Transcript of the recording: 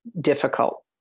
difficult